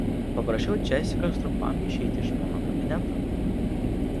paprašiau džesikos trumpam išeiti iš mano kabineto